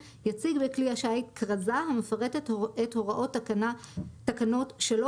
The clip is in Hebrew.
יציג בכלי השיט כרזה המפרטת את הוראות תקנות 3,